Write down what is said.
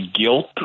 guilt